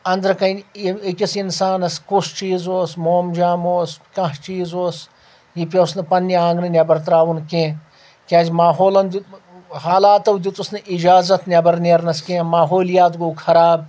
أندرٕ کَنہِ أکِس اِنسانَس کُس چیٖز اوس مومجام اوس کانٛہہ چیٖز اوس یہِ پیٚوس نہٕ پنٕنہِ آنٛگنہٕ نؠبر ترٛاوُن کینٛہہ کیازِ ماحولن حالاتو دیُتُس نہٕ اِجازت نؠبر نیرنس کینٛہہ ماحولیات گوٚو خراب